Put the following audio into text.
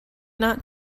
not